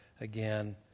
again